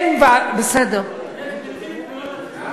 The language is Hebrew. יש נציב תלונות הציבור.